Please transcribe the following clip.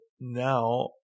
now